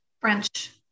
French